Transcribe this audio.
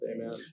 Amen